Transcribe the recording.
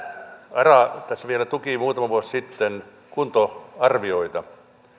ara tässä vielä muutama vuosi sitten tuki kuntoarvioita